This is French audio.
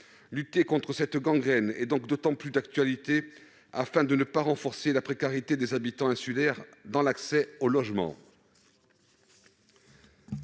Lutter contre cette gangrène est particulièrement d'actualité, afin de ne pas renforcer la précarité des habitants insulaires pour l'accès au logement.